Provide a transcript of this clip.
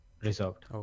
reserved